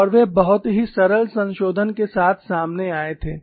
और वे बहुत ही सरल संशोधन के साथ सामने आए थे